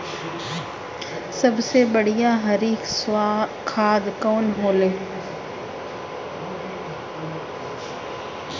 सबसे बढ़िया हरी खाद कवन होले?